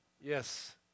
Yes